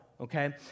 okay